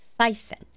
Siphon